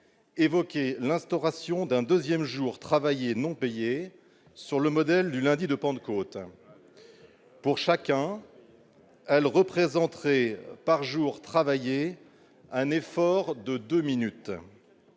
ministre, l'instauration d'un deuxième jour travaillé non payé, sur le modèle du lundi de Pentecôte. Pour chacun, cela représenterait par jour travaillé un effort de deux minutes.